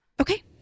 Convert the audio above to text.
Okay